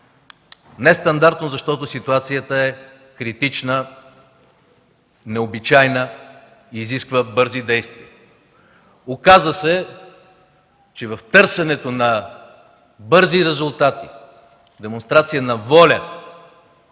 нестандартно, защото ситуацията е критична, необичайна и изисква бързи действия. Оказа се, че в търсенето на бързи резултати, демонстрация на воля,